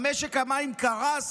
מה, משק המים קרס